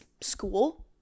school